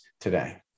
today